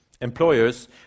employers